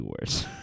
worse